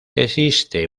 existe